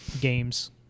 games